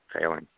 failing